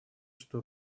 что